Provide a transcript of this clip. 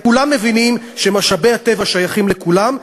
כולם מבינים שמשאבי הטבע שייכים לכולם,